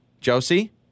Josie